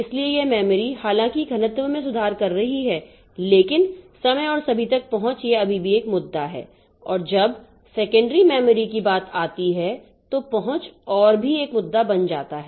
इसलिए यह मेमोरी हालांकि घनत्व में सुधार कर रही है लेकिन समय और सभी तक पहुंच यह अभी भी एक मुद्दा है और जब सेकेंडरी मेमोरी की बात आती है तो पहुंच और भी एक मुद्दा बन जाता है